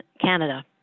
Canada